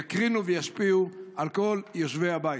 יקרינו וישפיעו על כל יושבי הבית.